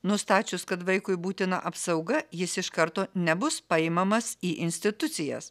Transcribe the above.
nustačius kad vaikui būtina apsauga jis iš karto nebus paimamas į institucijas